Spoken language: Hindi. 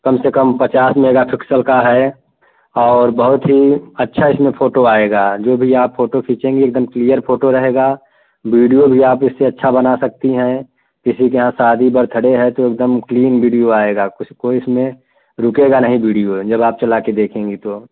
कम से कम पचास मेगापिक्सल का है और बहुत ही अच्छा इसमें फोटो आएगा जो भी आप फोटो खींचेंगी एकदम क्लियर फोटो रहेगा बीडियो भी आप इससे अच्छा बना सकती हैं किसी के यहाँ शादी बर्थडे है तो एकदम क्लीन वीडियो आएगा आपको कोई इसमें रुकेगा नहीं वीडियो जब आप चला कर देखेंगी तो